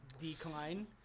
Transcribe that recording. decline